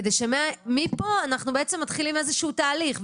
כדי שמפה אנחנו מתחילים איזשהו תהליך,